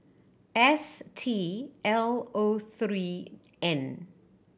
S T L O three N